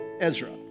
Ezra